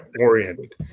oriented